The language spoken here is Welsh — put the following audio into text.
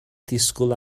disgwyl